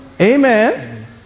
Amen